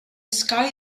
sky